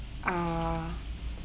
uh